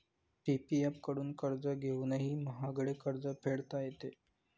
PPF कडून कर्ज घेऊनही महागडे कर्ज फेडता येते